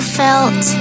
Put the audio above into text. felt